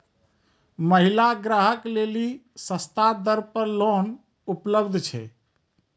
महिला ग्राहक लेली सस्ता दर पर लोन उपलब्ध छै?